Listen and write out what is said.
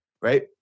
right